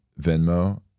Venmo